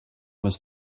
was